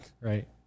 right